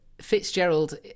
Fitzgerald